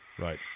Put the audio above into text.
Right